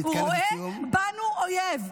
הוא רואה בנו אויב.